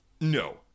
No